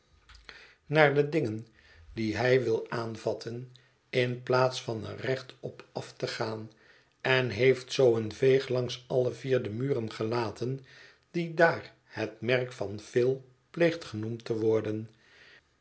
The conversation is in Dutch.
i de dingen die hij wil aanvatten in plaats van er recht op af te gaan en heeft zoo een veeg langs alle vier de muren gelaten die daar het merk van phü pleegt genoemd te worden